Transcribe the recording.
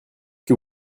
que